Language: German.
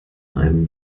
einem